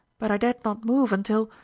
but i dared not move until.